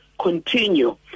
continue